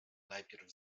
najpierw